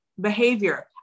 behavior